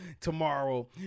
tomorrow